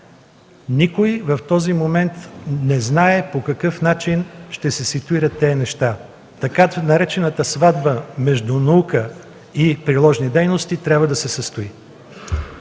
Никой в този момент не знае по какъв начин ще се ситуират тези неща. Така наречената сватба между наука и приложни дейности трябва да се състои.